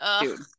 Dude